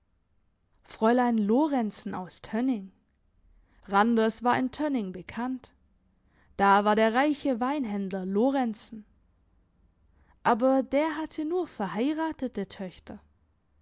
fräulein lorenzen aus tönning randers war in tönning bekannt da war der reiche weinhändler lorenzen aber der hatte nur verheiratete töchter